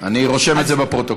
אני רושם את זה בפרוטוקול,